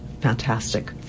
fantastic